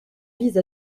vise